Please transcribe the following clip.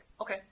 Okay